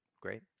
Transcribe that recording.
great